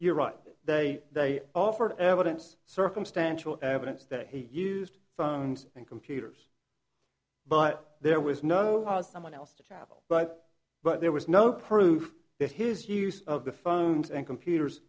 you're right they offered evidence circumstantial evidence that he used phones and computers but there was no someone else to travel but but there was no proof that his use of the phones and computers